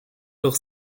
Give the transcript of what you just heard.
durch